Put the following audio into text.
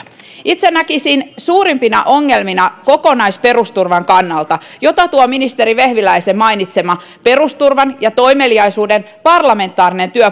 itse näkisin suurimpina ongelmina kokonaisperusturvan kannalta jota tuo ministeri vehviläisen mainitsema perusturvan ja toimeliaisuuden parlamentaarinen